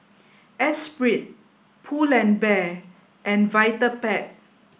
Esprit Pull and Bear and Vitapet